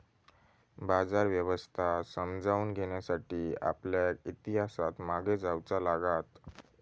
बाजार व्यवस्था समजावून घेण्यासाठी आपल्याक इतिहासात मागे जाऊचा लागात